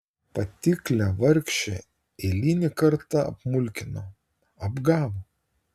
patiklią vargšę eilinį kartą apmulkino apgavo